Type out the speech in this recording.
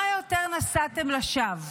מה יותר נשאתם לשווא?